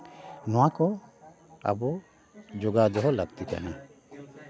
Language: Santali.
ᱱᱚᱣᱟ ᱠᱚ ᱟᱵᱚ ᱡᱚᱜᱟᱣ ᱫᱚᱦᱚ ᱞᱟᱹᱠᱛᱤ ᱠᱟᱱᱟ